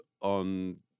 on